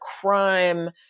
crime